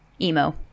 emo